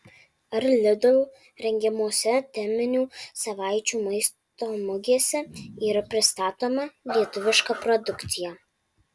ar lidl rengiamose teminių savaičių maisto mugėse yra pristatoma lietuviška produkcija